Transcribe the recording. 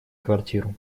квартиру